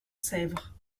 sèvre